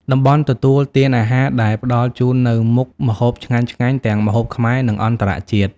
តំបន់ទទួលទានអាហារ ដែលផ្តល់ជូននូវមុខម្ហូបឆ្ងាញ់ៗ ទាំងម្ហូបខ្មែរ និងអន្តរជាតិ។